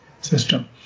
system